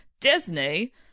Disney